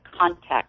context